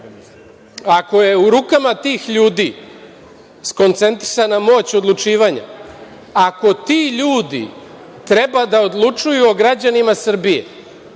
ako je u rukama tih ljudi skoncentrisana moć odlučivanja, ako ti ljudi treba da odlučuju o građanima Srbije,